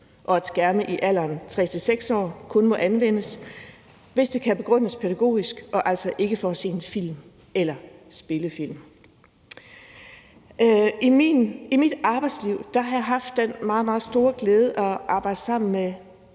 og at skærme for 3-6-årige kun må anvendes, hvis det kan begrundes pædagogisk, og altså ikke, hvis det kun er for at se en film eller spille. I mit arbejdsliv har jeg haft den meget, meget store glæde at arbejde sammen med